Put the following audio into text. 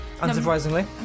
Unsurprisingly